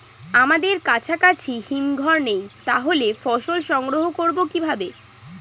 আমাদের কাছাকাছি হিমঘর নেই তাহলে ফসল সংগ্রহ করবো কিভাবে?